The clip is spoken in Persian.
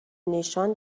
نشان